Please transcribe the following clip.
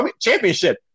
Championship